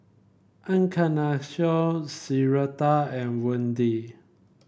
Encarnacion Syreeta and Wende